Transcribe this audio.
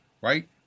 right